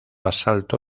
asalto